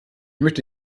möchte